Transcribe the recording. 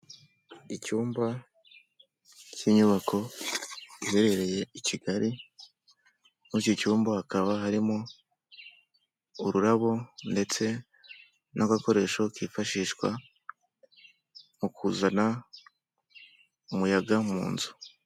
Icyumba cy'inyubako iherereye i kigali muri iki cyumba hakaba harimo ururabo ndetse n'agakoresho kifashishwa mu kuzana umuyaga mu nzu.